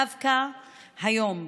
דווקא היום,